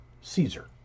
Caesar